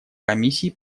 комиссии